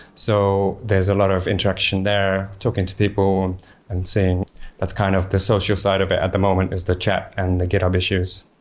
so, there's a lot of interaction there talking to people and and seeing that's kind of the social side of it at the moment is the chat and the github issues.